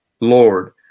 Lord